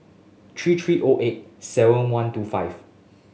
three three O eight seven one two five